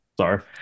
sorry